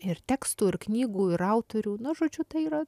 ir tekstų ir knygų ir autorių nu žodžiu tai yra